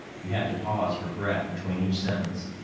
he had to pause for breath between each sentence.